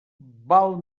val